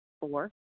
Four